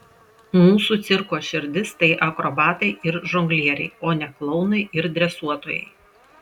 mūsų cirko širdis tai akrobatai ir žonglieriai o ne klounai ir dresuotojai